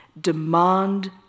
demand